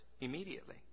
immediately